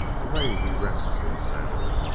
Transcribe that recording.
the way he rests in a saddle.